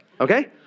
Okay